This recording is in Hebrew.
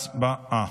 הצבעה.